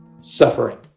suffering